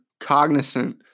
cognizant